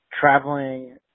traveling